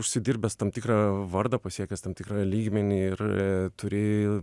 užsidirbęs tam tikrą vardą pasiekęs tam tikrą lygmenį ir turi